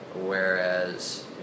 whereas